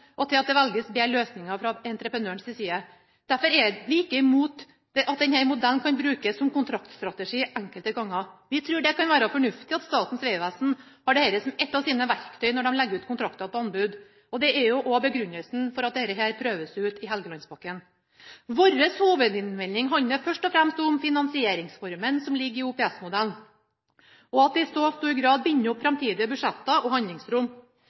og til at det velges en del løsninger fra entreprenørens side. Derfor er vi ikke imot at denne modellen kan brukes som kontraktsstrategi enkelte ganger. Vi tror det kan være fornuftig at Statens vegvesen har dette som et av sine verktøy når de legger ut kontrakter på anbud. Det er jo også begrunnelsen for at dette prøves ut i Helgelandspakken. Vår hovedinnvending handler først og fremst om finansieringsformen som ligger i OPS-modellen, at det i så stor grad binder opp framtidige budsjetter og handlingsrom.